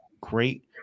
great